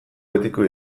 betiko